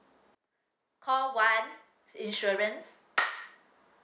call one insurance